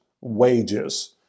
wages